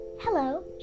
Hello